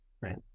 Right